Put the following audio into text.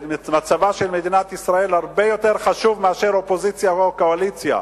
מצבה של מדינת ישראל הרבה יותר חשוב מאופוזיציה או קואליציה,